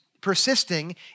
persisting